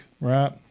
right